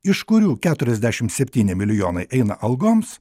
iš kurių keturiasdešim septyni milijonai eina algoms